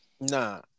Nah